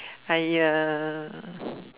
I uh